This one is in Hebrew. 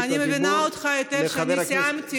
אני מבינה אותך היטב שאני סיימתי,